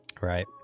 Right